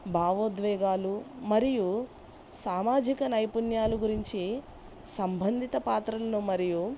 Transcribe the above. భావోద్వేగాలు మరియు సామాజిక నైపుణ్యాలు గురించి సంబంధిత పాత్రలను మరియు